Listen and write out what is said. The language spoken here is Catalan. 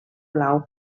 blau